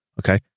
okay